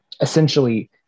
essentially